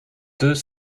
deux